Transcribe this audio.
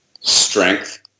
strength